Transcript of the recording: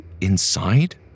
inside